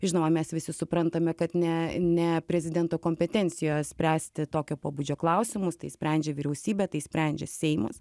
žinoma mes visi suprantame kad ne ne prezidento kompetencija spręsti tokio pobūdžio klausimus tai sprendžia vyriausybė tai sprendžia seimas